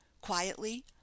quietly